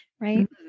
Right